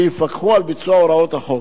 שיפקחו על ביצוע הוראות החוק.